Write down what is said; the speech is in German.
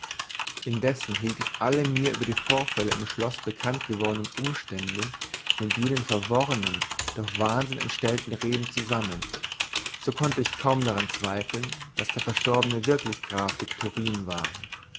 indessen hielt ich alle mir über die vorfälle im schloß bekannt gewordenen umstände mit jenen verworrenen durch wahnsinn entstellten reden zusammen so konnte ich kaum daran zweifeln daß der verstorbene wirklich graf viktorin war